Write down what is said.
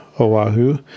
Oahu